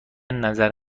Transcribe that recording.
نظر